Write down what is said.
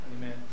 Amen